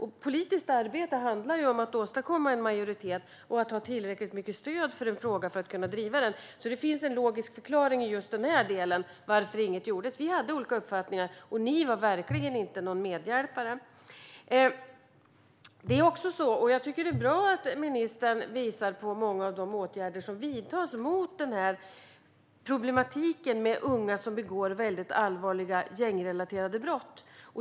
Och politiskt arbete handlar om att åstadkomma en majoritet och att ha tillräckligt mycket stöd för en fråga för att kunna driva den. Det finns alltså en logisk förklaring i just denna del till att inget gjordes. Vi hade olika uppfattningar, och ni var verkligen inte någon medhjälpare. Jag tycker att det är bra att ministern visar på många av de åtgärder som vidtas mot denna problematik med unga som begår mycket allvarliga gängrelaterade brott.